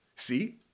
See